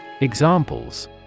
Examples